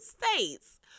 states